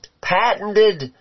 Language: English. patented